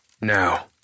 Now